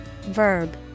Verb